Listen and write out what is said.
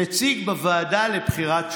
נציג בוועדה לבחירת שופטים.